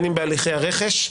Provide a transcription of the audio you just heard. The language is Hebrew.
בין אם בהליכי הרכש,